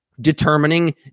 determining